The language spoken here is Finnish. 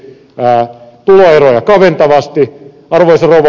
arvoisa rouva puhemies